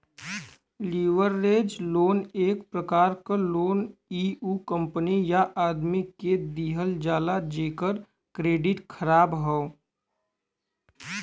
leverage loan एक प्रकार क लोन इ उ कंपनी या आदमी के दिहल जाला जेकर क्रेडिट ख़राब हौ